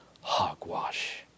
Hogwash